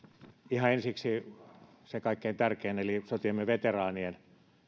ihan ensiksi se kaikkein tärkein eli sotiemme veteraanien